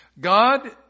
God